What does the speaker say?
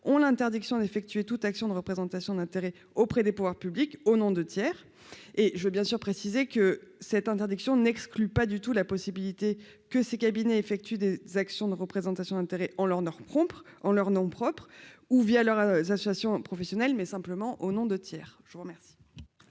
ont l'interdiction d'effectuer toute action de représentation d'intérêts auprès des pouvoirs publics, au nom de tiers et je veux bien sûr préciser que cette interdiction n'exclut pas du tout la possibilité que ces cabinets effectuent des actions de représentation d'intérêts en leur leur propres en leur nom propre ou via leurs associations professionnelles, mais simplement au nom de tiers, je vous remercie.